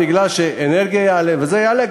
מכיוון שהאנרגיה תעלה וזה יעלה,